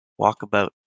Walkabout